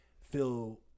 feel